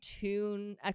tune